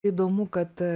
įdomu kad